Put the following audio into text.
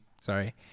sorry